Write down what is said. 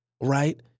right